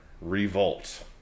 Revolt